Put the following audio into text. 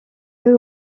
eux